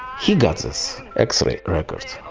he got us x-ray records.